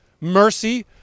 mercy